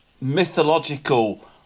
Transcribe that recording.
mythological